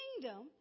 kingdom